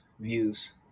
views